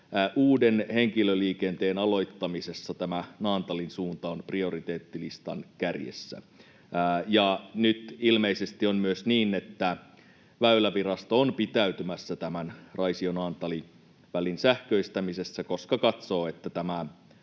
uuden henkilöliikenteen aloittamisessa tämä Naantalin suunta on prioriteettilistan kärjessä. Ja nyt ilmeisesti on myös niin, että Väylävirasto on pitäytymässä tämän Raisio—Naantali-välin sähköistämisessä, koska katsoo, että tämä